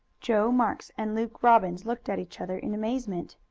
joe marks and luke robbins looked at each other in amazement.